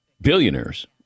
billionaires